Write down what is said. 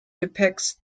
depicts